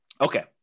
Okay